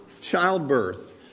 childbirth